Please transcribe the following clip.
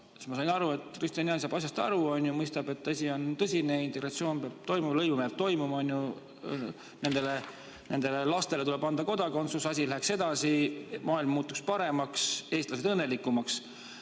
ma sain aru, et Kristian saab asjast aru ja mõistab, et asi on tõsine ja integratsioon peab toimuma, lõimumine peab toimuma. Nendele lastele tuleb anda kodakondsus. Asi läheks edasi, maailm muutuks paremaks, eestlased õnnelikumaks.